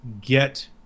get